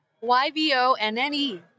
Y-V-O-N-N-E